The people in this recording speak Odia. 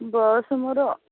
ବୟସ ମୋର